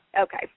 Okay